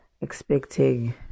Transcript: expecting